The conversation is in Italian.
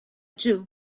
giù